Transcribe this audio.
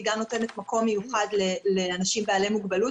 היא גם נותנת מקום מיוחד לאנשים בעלי מוגבלת,